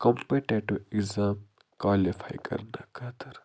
competitive exam qualify کرنہٕ خٲطرٕ